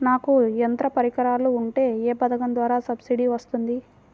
నాకు యంత్ర పరికరాలు ఉంటే ఏ పథకం ద్వారా సబ్సిడీ వస్తుంది?